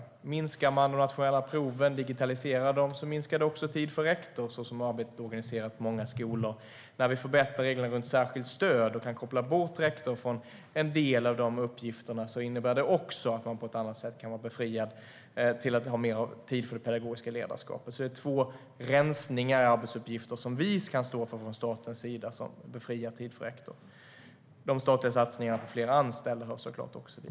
Om man minskar på de nationella proven, digitaliserar dem, ökar det också rektorns tid så som arbetet är organiserat på många skolor. Om vi förbättrar reglerna för särskilt stöd och kan koppla bort rektorn från en del av de uppgifterna innebär det också att det på ett annat sätt kan ges mer tid för det pedagogiska ledarskapet. Det är två rensningar i arbetsuppgifter som vi kan stå för från statens sida och som befriar tid för rektorn. De statliga satsningarna på fler anställda hör såklart också dit.